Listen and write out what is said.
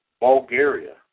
Bulgaria